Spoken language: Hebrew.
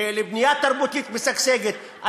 לבנייה תרבותית משגשגת.